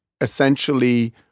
essentially